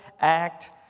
act